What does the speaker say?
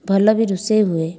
ଭଲ ବି ରୋଷେଇ ହୁଏ